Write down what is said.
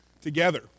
together